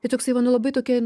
tai toksai va nu labai tokia